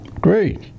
great